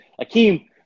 Akeem